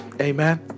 Amen